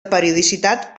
periodicitat